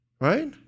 Right